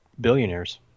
billionaires